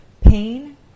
Pain